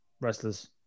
wrestlers